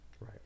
Right